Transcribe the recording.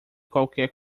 qualquer